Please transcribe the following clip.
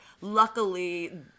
luckily